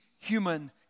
human